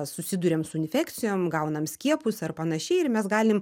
susiduriam su infekcijom gaunam skiepus ar panašiai ir mes galim